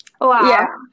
Wow